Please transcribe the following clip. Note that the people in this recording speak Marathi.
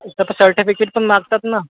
सर तर सर्टिफिकेट पण मागतात ना